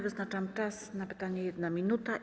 Wyznaczam czas na pytanie - 1 minuta.